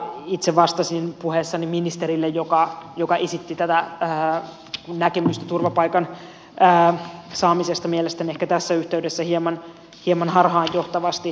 itse vastasin puheessani ministerille joka esitti tätä näkemystä turvapaikan saamisesta mielestäni ehkä tässä yhteydessä hieman harhaanjohtavasti